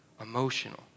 emotional